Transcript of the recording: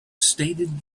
stated